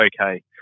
okay